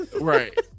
Right